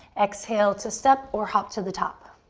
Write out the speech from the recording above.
exhale to step or hop to the top.